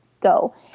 go